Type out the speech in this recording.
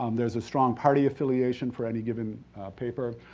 um there's a strong party affiliation for any given paper.